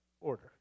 order